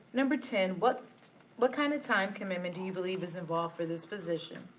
number ten. what what kind of time commitment do you believe is involved for this position?